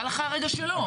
אמרה לך הרגע שלא.